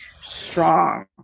strong